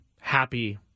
happy